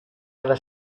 alla